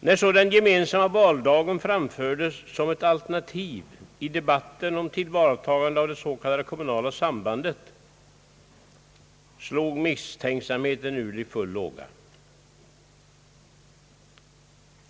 När så den gemensamma valdagen framfördes som ett alternativ i debatten om tillvaratagande av det s.k. kommunala sambandet slog misstänksamheten ut i full låga.